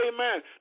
Amen